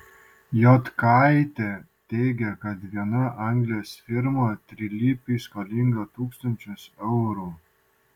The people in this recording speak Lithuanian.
jotkaitė teigė kad viena anglijos firma trilypiui skolinga tūkstančius eurų